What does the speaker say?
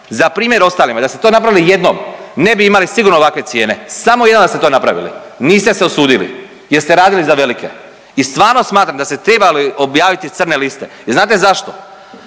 Za primjer ostalima i da ste to napravili jednom ne bi imali sigurno ovakve cijene, samo jednom da ste to napravili. Niste se usudili, jer ste radili za velike. I stvarno smatram da se trebali objaviti crne liste. Jer znate zašto?